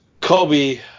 Kobe